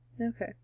okay